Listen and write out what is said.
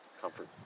comfort